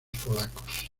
polacos